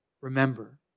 remember